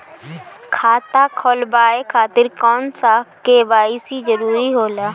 खाता खोलवाये खातिर कौन सा के.वाइ.सी जरूरी होला?